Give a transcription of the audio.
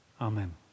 Amen